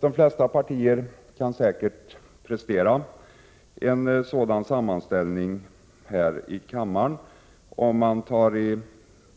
De flesta partier kan säkert prestera en sådan sammanställning här i kammaren, om man tar i